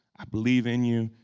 i believe in you,